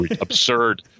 absurd